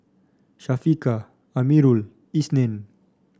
Syafiqah Amirul Isnin